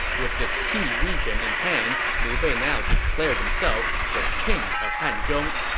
with this key region in hand, liu bei now declared himself the king of hanzhong